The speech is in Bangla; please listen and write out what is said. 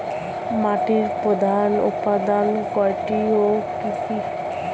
মাটির প্রধান উপাদান কয়টি ও কি কি?